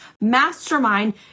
mastermind